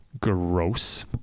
Gross